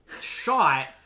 shot